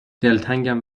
دلتنگم